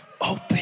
open